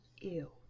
ew